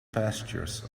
pastures